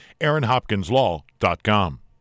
AaronHopkinsLaw.com